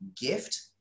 gift